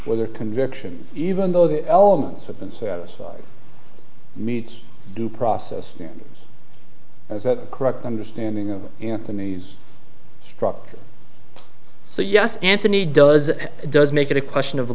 whether conviction even though the elements have been set aside meets due process is that correct understanding of anthony's structure so yes anthony does it does make it a question of